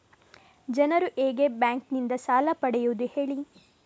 ಜನರು ಹೇಗೆ ಬ್ಯಾಂಕ್ ನಿಂದ ಸಾಲ ಪಡೆಯೋದು ಹೇಳಿ